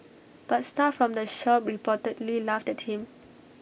but staff from the shop reportedly laughed at him